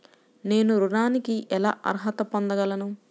నేను ఋణానికి ఎలా అర్హత పొందగలను?